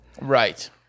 Right